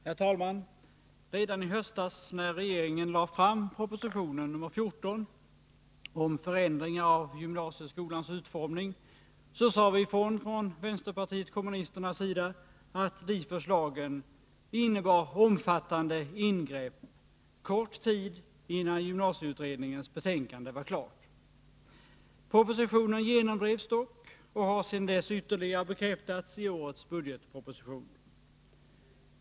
Herr talman! Redan i höstas när regeringen lade fram propositionen nr 14 om förändringar i gymnasieskolans utformning sade vi från vänsterpartiet kommunisternas sida att de förslagen innebar omfattande ingrepp kort tid innan gymnasieutredningens betänkande var klart. Propositionen genomdrevs dock och har sedan dess ytterligare bekräftats i årets budgetproposition.